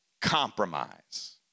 compromise